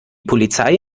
polizei